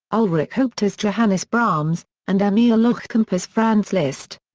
ah ullrich haupt as johannes brahms, and emil lohkamp as franz liszt.